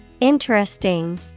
Interesting